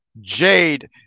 Jade